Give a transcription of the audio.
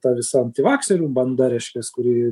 ta visa antivakserių banda reiškias kuri